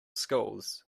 schools